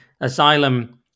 asylum